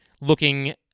looking